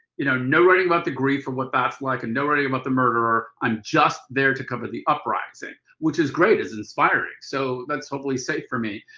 you know, no writing about the grief or what that's like, and no writing about the murderer, i'm just there to cover the uprising. which is great, it's inspiring. so that's hopefully safe for me.